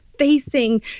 facing